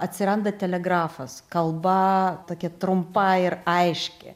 atsiranda telegrafas kalba tokia trumpa ir aiški